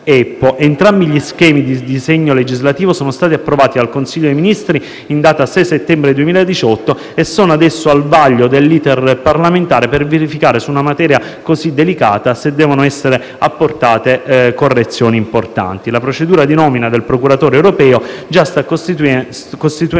Entrambi gli schemi di disegno legislativo sono stati approvati dal Consiglio dei ministri in data 6 settembre 2018 e sono adesso al vaglio dell'*iter* parlamentare per verificare, su una materia così delicata, se devono essere apportate correzioni importanti. La procedura di nomina del procuratore europeo sta già costituendo